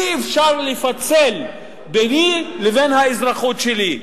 אי-אפשר לפצל ביני לבין האזרחות שלי.